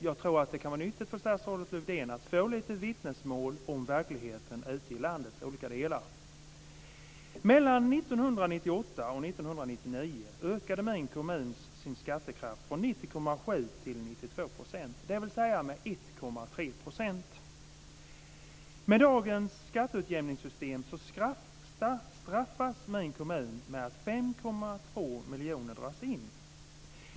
Jag tror att det kan vara nyttigt för statsrådet Lövdén att få lite vittnesmål om verkligheten i landets olika delar. Mellan 1998 och 1999 ökade min kommun sin skattekraft från 90,7 % till 92 %, dvs. med 1,3 %. Med dagens skatteutjämningssystem straffas min kommun med att 5,2 miljoner dras in.